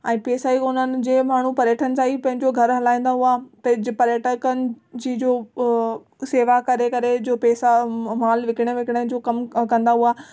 ऐं पैसा ई कोन आहिनि जे माण्हू पर्यटन सां पैंजो घर हलाईंदा हुआ पैजे पर्यटकन जी जो सेवा करे करे जो पैसा माल विकिणे विकिणे जो कमु क कंदा हुआ